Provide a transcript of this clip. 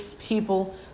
people